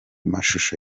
mashusho